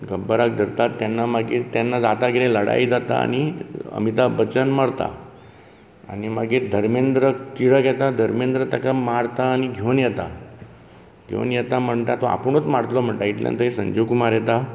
गब्बराक धरता तेन्ना मागीर तेन्ना जाता कितें लडाई जाता आनी अमिताभ बच्चन मरता आनी मागीर धर्मेंद्र तिडक येता धर्मेंद्र ताका मारता आनी घेवन येता घेवन येता तो म्हणटा आपूणच मारतलो म्हणटा मागीर थंय संजीव कुमार येता